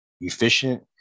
efficient